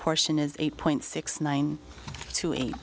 portion is eight point six nine two e